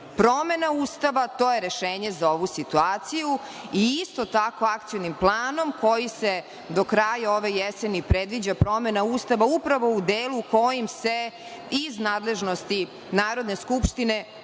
kolege. Promena Ustava, to je rešenje za ovu situaciju i isto tako Akcionim planom koji se do kraja ove jeseni predviđa, promena Ustava upravo u delu kojim se iz nadležnosti Narodne skupštine